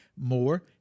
more